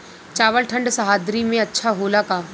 चावल ठंढ सह्याद्री में अच्छा होला का?